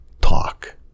talk